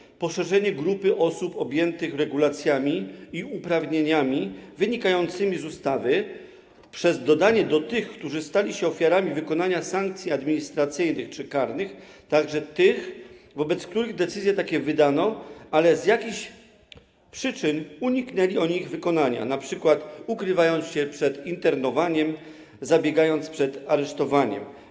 Chodzi o poszerzenie grupy osób objętych regulacjami i uprawnieniami wynikającymi z ustawy przez dodanie do tych, którzy stali się ofiarami wykonania sankcji administracyjnych czy karnych, także tych, wobec których decyzje takie wydano, ale z jakichś przyczyn uniknęli oni ich wykonania, np. ukrywając się przed internowaniem, zbiegając przed aresztowaniem.